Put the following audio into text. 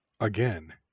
again